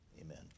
amen